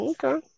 Okay